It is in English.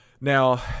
Now